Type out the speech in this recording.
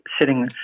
sitting